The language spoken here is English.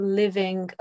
living